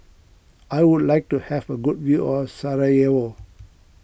I would like to have a good view of Sarajevo